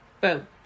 Boom